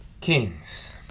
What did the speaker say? kings